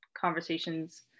conversations